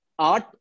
Art